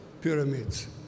pyramids